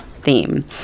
theme